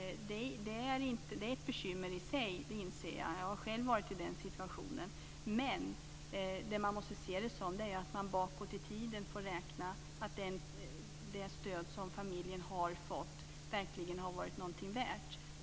Det är ett bekymmer i sig. Det inser jag. Jag har själv varit i den situationen. Man måste se det så att man bakåt i tiden får räkna att det stöd som familjen har fått verkligen har varit någonting värt.